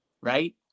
right